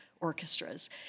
orchestras